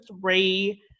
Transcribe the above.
three